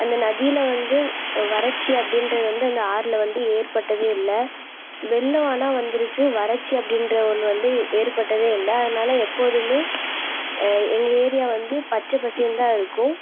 அந்த நதியில் வந்து வறட்சி அப்படின்றது வந்து அந்த ஆற்றுல வந்து ஏற்பட்டதே இல்லை வெள்ளம் ஆனால் வந்திருக்கு வறட்சி அப்படின்ற ஒன்று வந்து ஏற்பட்டதே இல்லை அதனால எப்போதுமே எங்கள் ஏரியா வந்து பச்சைப்பசேன்தான் இருக்கும்